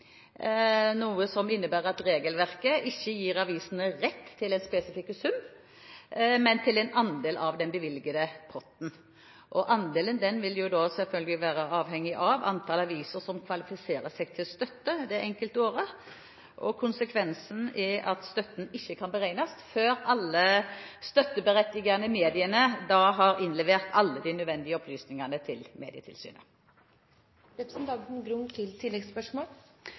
noe som innebærer at regelverket ikke gir avisene rett til en spesifikk sum, men til en andel av den bevilgede potten. Andelen vil selvfølgelig være avhengig av antall aviser som kvalifiserer seg til støtte det enkelte året. Konsekvensen er at støtten ikke kan beregnes før alle støtteberettigede medier har innlevert alle de nødvendige opplysningene til Medietilsynet. Jeg takker for svaret, men jeg er ikke helt enig ut fra den informasjonen jeg har fått tilgang til,